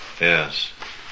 Yes